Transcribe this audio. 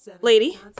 lady